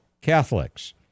Catholics